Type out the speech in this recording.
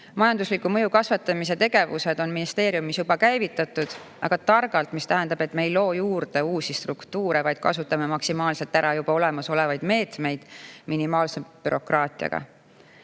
Majandusliku mõju kasvatamise tegevused on ministeeriumis juba käivitatud, aga targalt, mis tähendab, et me ei loo juurde uusi struktuure, vaid kasutame maksimaalselt ära juba olemasolevaid meetmeid minimaalse bürokraatiaga. Igivana